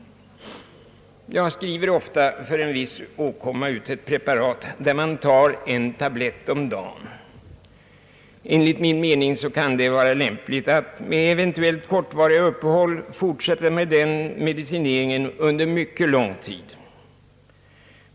Jag skriver ofta för en viss åkomma ut ett preparat som skall tas med en tablett om dagen. Enligt min mening kan det vara lämpligt att, eventuellt med kortvariga uppehåll, fortsätta den medicineringen under mycket lång tid.